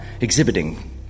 exhibiting